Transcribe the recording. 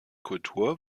kultur